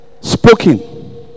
spoken